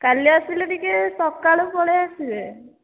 କାଲି ଆସିଲେ ଟିକେ ସକାଳୁ ପଳାଇ ଆସିବେ